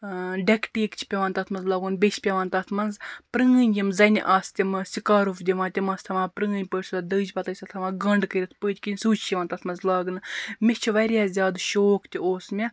ڈیٚکہٕ ٹِکہٕ چھِ پیٚوان تَتھ منٛز لاگُن بیٚیہِ چھُ پیٚوان تَتھ منٛز پرٛٲنۍ یِم زَنہِ آسہٕ تِم آسہٕ سٔکارُف دِوان تِم آسہٕ تھاوان پرٛٲنۍ پٲٹھۍ سۄ دٔجۍ پَتہٕ ٲسۍ سۄ تھوان سۄ گنٛڈ کٔرِتھ پٔتۍ کِنۍ زوٗج چھِ یِوان تَتھ منٛز لاگنہٕ مےٚ چھُ واراہ زیادٕ شوق تہِ اوس مےٚ